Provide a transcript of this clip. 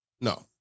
No